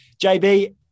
JB